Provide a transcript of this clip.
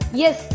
yes